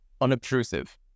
unobtrusive